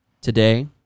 Today